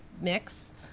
mix